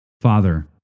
Father